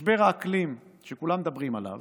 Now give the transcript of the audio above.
משבר האקלים, שכולם מדברים עליו,